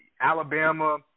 Alabama